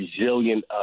resilient